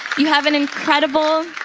you have an incredible,